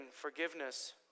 forgiveness